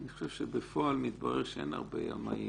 אני חושב שמתברר שאין הרבה ימאים.